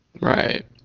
Right